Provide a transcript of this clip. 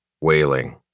Wailing